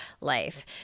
life